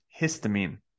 histamine